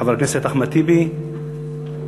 חבר הכנסת אחמד טיבי איננו.